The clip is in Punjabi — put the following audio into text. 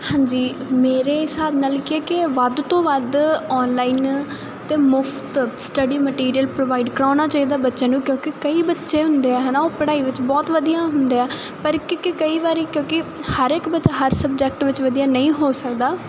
ਹਾਂਜੀ ਮੇਰੇ ਹਿਸਾਬ ਨਾਲ ਕਿਉਂਕਿ ਵੱਧ ਤੋਂ ਵੱਧ ਆਨਲਾਈਨ ਅਤੇ ਮੁਫਤ ਸਟੱਡੀ ਮਟੀਰੀਅਲ ਪ੍ਰੋਵਾਈਡ ਕਰਵਾਉਣਾ ਚਾਹੀਦਾ ਬੱਚਿਆਂ ਨੂੰ ਕਿਉਂਕਿ ਕਈ ਬੱਚੇ ਹੁੰਦੇ ਆ ਹੈ ਨਾ ਉਹ ਪੜ੍ਹਾਈ ਵਿੱਚ ਬਹੁਤ ਵਧੀਆ ਹੁੰਦੇ ਆ ਪਰ ਕਿਉਂਕਿ ਕਈ ਵਾਰੀ ਕਿਉਂਕਿ ਹਰ ਇੱਕ ਬੱਚਾ ਹਰ ਸਬਜੈਕਟ ਵਿੱਚ ਵਧੀਆ ਨਹੀਂ ਹੋ ਸਕਦਾ